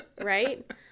Right